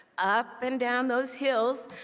up and down those hills,